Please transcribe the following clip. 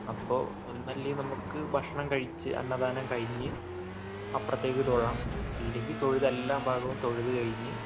അപ്പോൾ ഒന്നുകിൽ നമ്മൾക്ക് ഭക്ഷണം കഴിച്ച് അന്നദാനം കഴിഞ്ഞ് അപ്പുറത്തേക്ക് തൊഴാം അല്ലെങ്കിൽ തൊഴുത് എല്ലാ ഭാഗവും തൊഴുത് കഴിഞ്ഞ്